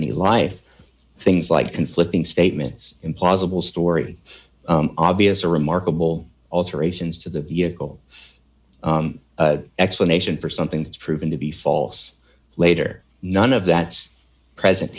any life things like conflicting statements implausible story obvious or remarkable alterations to the vehicle explanation for something that's proven to be false later none of that's present